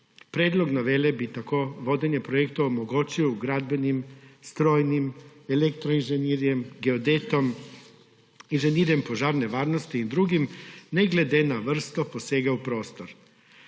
Predlog novele bi tako vodenje projektov omogočil gradbenim, strojnim, elektro inženirjem, geodetom, inženirjem požarne varnosti in drugim ne glede na vrsto posega v prostor.